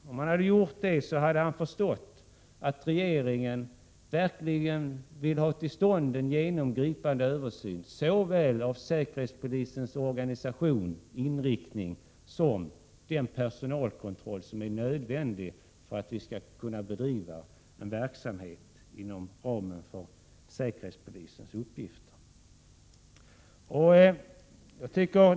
Om han hade gjort det hade han förstått att regeringen verkligen vill ha till stånd en genomgripande översyn såväl av säkerhetspolisens organisation och inriktning som av den personalkontroll som är nödvändig för att vi skall kunna bedriva en verksamhet inom ramen för säkerhetspolisens uppgifter.